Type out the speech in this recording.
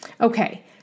Okay